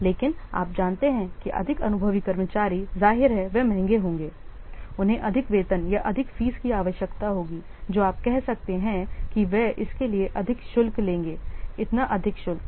तो लेकिन आप जानते हैं कि अधिक अनुभवी कर्मचारी जाहिर है वे अधिक महंगे होंगे उन्हें अधिक वेतन या अधिक fees की आवश्यकता होगी जो आप कह सकते हैं कि वे इसके लिए अधिक शुल्क हैं इतना अधिक शुल्क